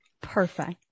Perfect